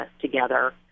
together